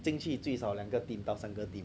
进去最少两个 team 到三个 team